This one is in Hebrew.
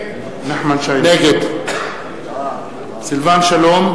נגד סילבן שלום,